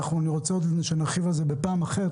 אני רוצה שנרחיב על זה בפעם אחרת.